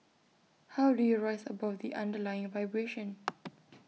how do you rise above the underlying vibration